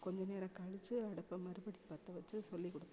கொஞ்சம் நேரம் கழிச்சி அடுப்பை மறுபடி பற்ற வெச்சி சொல்லிக் கொடுத்தாங்க